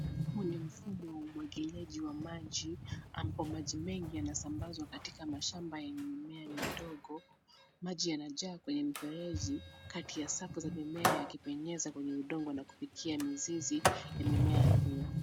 Huu ni mfumo wa umwagiliaji wa maji ambao maji mengi yanasambazwa k atika mashamba yenye mimea midogo. Maji yanajaa kwenye mfereji kati ya safu za mimea yakipenyeza kwenye udongo na kupitia mizizi ya mimea hiyo.